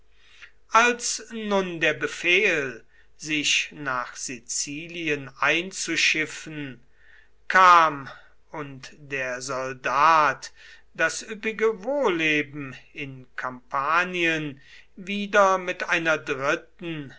als nun der befehl sich nach sizilien einzuschiffen kam und der soldat das üppige wohlleben in kampanien wieder mit einer dritten